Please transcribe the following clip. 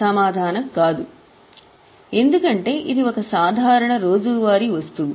సమాధానం "కాదు" ఎందుకంటే ఇది ఒక సాధారణ రోజువారీ వస్తువు